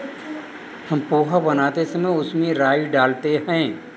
हम पोहा बनाते समय उसमें राई डालते हैं